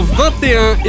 21